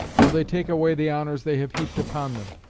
though they take away the honours they have heaped upon them,